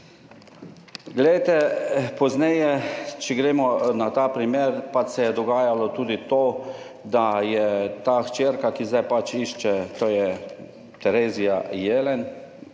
podobno. Pozneje, če gremo na ta primer, pa se je dogajalo tudi to, da so tej hčerki, ki zdaj išče, to je Terezija Jelen,